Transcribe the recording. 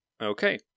Okay